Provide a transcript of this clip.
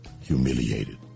humiliated